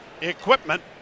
equipment